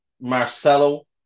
Marcelo